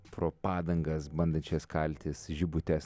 pro padangas bandančias kaltis žibutes